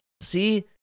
See